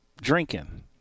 drinking